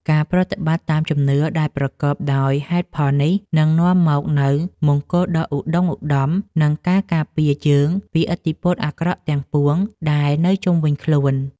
ការប្រតិបត្តិតាមជំនឿដែលប្រកបដោយហេតុផលនេះនឹងនាំមកនូវមង្គលដ៏ឧត្តុង្គឧត្តម និងការការពារយើងពីឥទ្ធិពលអាក្រក់ទាំងពួងដែលនៅជុំវិញខ្លួន។